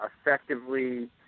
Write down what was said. effectively